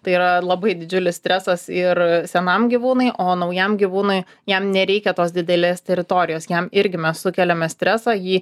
tai yra labai didžiulis stresas ir senam gyvūnui o naujam gyvūnui jam nereikia tos didelės teritorijos jam irgi mes sukeliame stresą jį